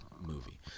movie